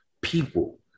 people